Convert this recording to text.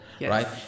right